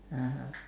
(uh huh)